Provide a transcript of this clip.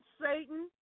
Satan